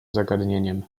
zagadnieniem